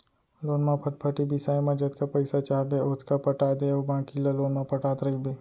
loan म फटफटी बिसाए म जतका पइसा चाहबे ओतका पटा दे अउ बाकी ल लोन म पटात रइबे